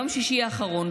האחרון,